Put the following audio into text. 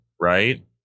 right